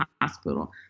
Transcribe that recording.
hospital